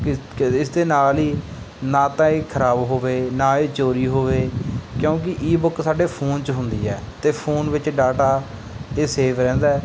ਕਿ ਇਸ ਦੇ ਨਾਲ ਹੀ ਨਾ ਤਾਂ ਇਹ ਖ਼ਰਾਬ ਹੋਵੇ ਨਾ ਇਹ ਚੋਰੀ ਹੋਵੇ ਕਿਉਂਕਿ ਈਬੁੱਕ ਸਾਡੇ ਫੋਨ 'ਚ ਹੁੰਦੀ ਹੈ ਅਤੇ ਫੋਨ ਵਿੱਚ ਡਾਟਾ ਇਹ ਸੇਵ ਰਹਿੰਦਾ